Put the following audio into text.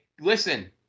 listen